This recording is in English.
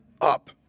up